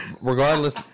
regardless